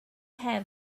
have